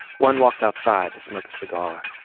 one walks outside to smoke a cigar.